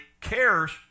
cares